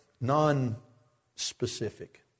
Non-specific